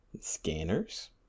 scanners